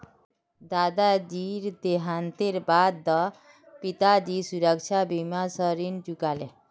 दादाजीर देहांतेर बा द पिताजी सुरक्षा बीमा स ऋण चुका ले